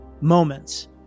Moments